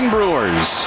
Brewers